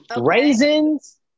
raisins